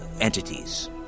entities